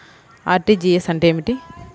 RTGS అంటే ఏమిటి?